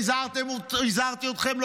הזהרתי אתכם,